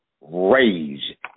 rage